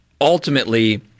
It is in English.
ultimately